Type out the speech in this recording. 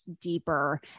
deeper